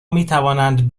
میتوانند